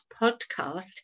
podcast